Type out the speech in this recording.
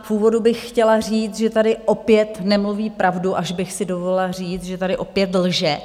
V úvodu bych chtěla říct, že tady opět nemluví pravdu, až bych si dovolila říct, že tady opět lže.